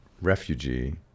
refugee